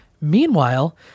Meanwhile